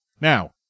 Now